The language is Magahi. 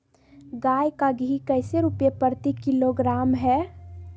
गाय का घी कैसे रुपए प्रति किलोग्राम है?